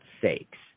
sakes